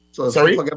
sorry